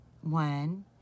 one